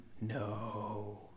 no